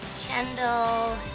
Kendall